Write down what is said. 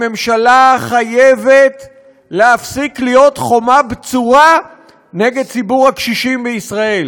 הממשלה חייבת להפסיק להיות חומה בצורה נגד ציבור הקשישים בישראל.